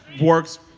works